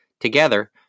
Together